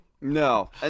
No